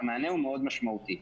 המענה הוא מאוד משמעותי.